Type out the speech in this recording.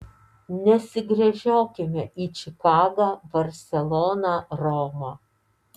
nesigręžiokime į čikagą barseloną romą